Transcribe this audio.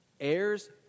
Heirs